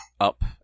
up